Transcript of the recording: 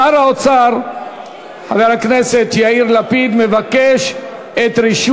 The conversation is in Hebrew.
שר האוצר, חבר הכנסת יאיר לפיד, מבקש את רשות